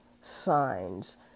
signs